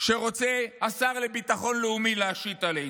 שרוצה השר לביטחון לאומי להשית עלינו.